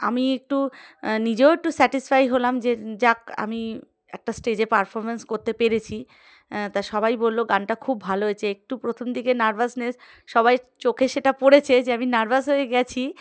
আমি একটু নিজেও একটু স্যাটিসফাই হলাম যে যাক আমি একটা স্টেজে পারফরম্যেন্স করতে পেরেছি তা সবাই বললো গানটা খুব ভালো হয়েছে একটু প্রথম দিকে নার্ভাসনেস সবাই চোখে সেটা পড়েছে যে আমি নার্ভাস হয়ে গেছি